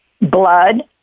Blood